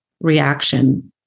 reaction